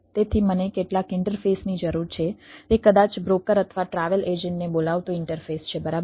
તેથી મને કેટલાક ઇન્ટરફેસની જરૂર છે તે કદાચ બ્રોકર ને બોલાવતું ઇન્ટરફેસ છે બરાબર